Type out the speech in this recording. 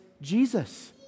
Jesus